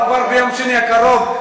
וכבר ביום שני הקרוב.